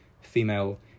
female